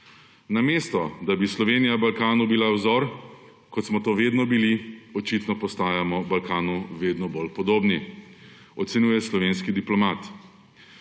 Namesto da bi Slovenija Balkanu bila vzor, kot smo to vedno bili, očitno postajamo Balkanu vedno bolj podobni, ocenjuje slovenski diplomat.